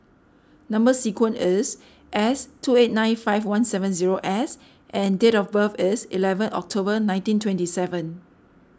Number Sequence is S two eight nine five one seven zero S and date of birth is eleven October nineteen twenty seven